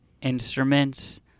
instruments